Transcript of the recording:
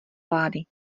vlády